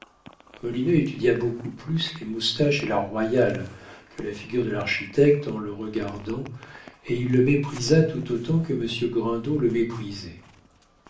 molineux étudia beaucoup plus les moustaches et la royale que la figure de l'architecte en le regardant et il le méprisa tout autant que monsieur grindot le méprisait